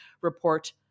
report